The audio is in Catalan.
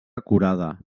acurada